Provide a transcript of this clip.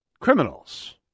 criminals